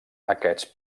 aquests